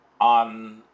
on